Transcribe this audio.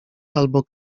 albo